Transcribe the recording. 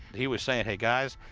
he was saying, hey guys,